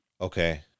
Okay